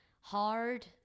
hard